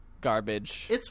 garbage